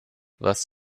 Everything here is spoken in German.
was